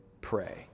pray